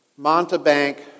Montebank